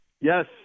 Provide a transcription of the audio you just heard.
Yes